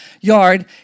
yard